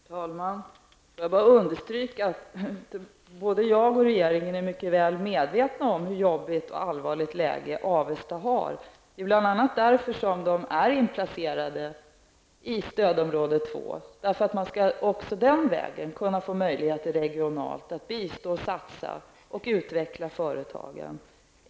Herr talman! Får jag bara understryka att både jag och regeringen är mycket väl medvetna om vilket jobbigt och allvarligt läge Avesta befinner sig i. Det är bl.a. därför som man är inplacerad i stödområde 2. Man skall även den vägen kunna få möjligheter att bistå, satsa och utveckla företagen regionalt.